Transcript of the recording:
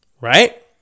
Right